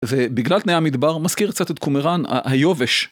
ובגלל תנאי המדבר מזכיר קצת את קומראן היובש.